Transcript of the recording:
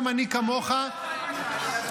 גם אני, כמוך --- אני עולה אחריך.